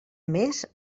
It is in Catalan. més